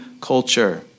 culture